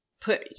put